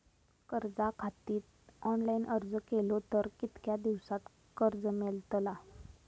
कर्जा खातीत ऑनलाईन अर्ज केलो तर कितक्या दिवसात कर्ज मेलतला?